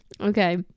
Okay